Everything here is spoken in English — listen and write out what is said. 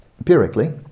empirically